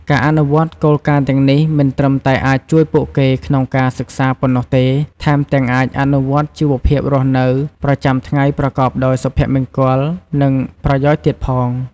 ការអនុវត្តគោលការណ៍ទាំងនេះ មិនត្រឹមតែអាចជួយពួកគេក្នុងការសិក្សាប៉ុណ្ណោះទេ ថែមទាំងអាចអនុវត្តក្នុងជីវភាពរស់នៅប្រចាំថ្ងៃប្រកបដោយសុភមង្គល និងប្រយោជន៍ទៀតផង។